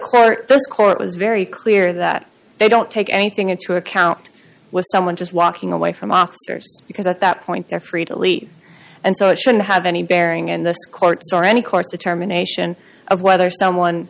this court was very clear that they don't take anything into account with someone just walking away from officers because at that point they're free to leave and so it shouldn't have any bearing in this courts or any course of terminations of whether someone